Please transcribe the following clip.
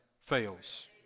fails